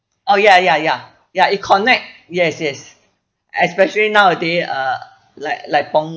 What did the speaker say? oh ya ya ya ya it connect yes yes especially nowaday uh like like